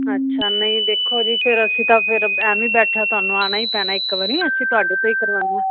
ਅੱਛਾ ਨਹੀਂ ਦੇਖੋ ਜੀ ਫਿਰ ਅਸੀਂ ਤਾਂ ਫਿਰ ਐਵੇਂ ਹੀ ਬੈਠੇ ਤੁਹਾਨੂੰ ਆਉਣਾ ਹੀ ਪੈਣਾ ਇੱਕ ਵਾਰੀ ਅਸੀਂ ਤੁਹਾਡੇ ਤੋਂ ਹੀ ਕਰਵਾਉਣਾ